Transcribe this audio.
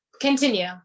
Continue